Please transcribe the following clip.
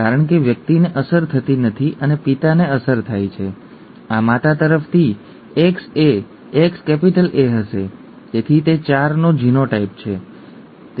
કારણ કે વ્યક્તિને અસર થતી નથી અને પિતાને અસર થાય છે આ માતા તરફથી XaXA હશે ઠીક છે તેથી તે 4 નો જીનોટાઈપ છે